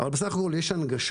אבל בסך הכול יש הנגשה.